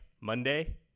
Monday